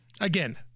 Again